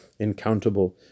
incountable